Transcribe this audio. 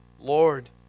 Lord